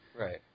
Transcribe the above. Right